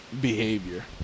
behavior